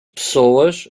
pessoas